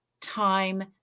time